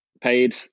paid